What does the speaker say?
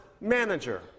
manager